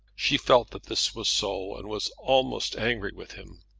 she felt that this was so, and was almost angry with him.